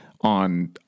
on